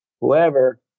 whoever